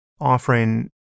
offering